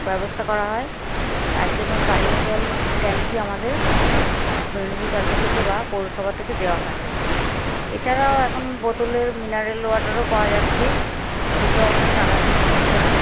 ব্যবস্থা করা হয় তার জন্য পানীয় জল ট্যাঙ্কই আমাদের মিউনিসিপ্যালিটি থেকে বা পৌরসভা থেকে দেওয়া হয় এছাড়াও এখন বোতলের মিনারেল ওয়াটারও পাওয়া যাচ্ছে সেগুলো অবশ্য টাকা দিয়েই কিনতে হয়